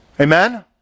Amen